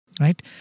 Right